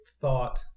thought